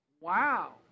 Wow